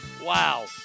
Wow